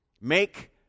make